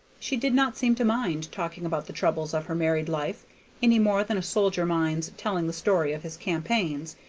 she did not seem to mind talking about the troubles of her married life any more than a soldier minds telling the story of his campaigns,